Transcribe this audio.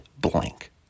blank